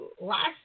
Last